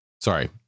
Sorry